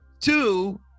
Two